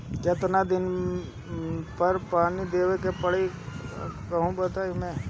कितना दिन पर पानी देवे के पड़ी गहु में?